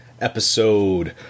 episode